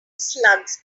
slugs